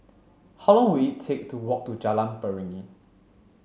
how long will it take to walk to Jalan Beringin